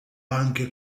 anche